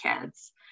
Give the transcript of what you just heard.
kids